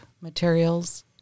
materials